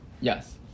Yes